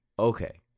Okay